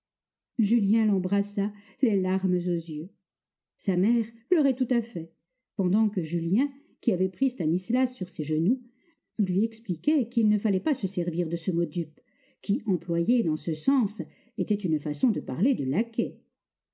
julien l'embrassa les larmes aux yeux sa mère pleurait tout à fait pendant que julien qui avait pris stanislas sur ses genoux lui expliquait qu'il ne fallait pas se servir de ce mot dupe qui employé dans ce sens était une façon de parler de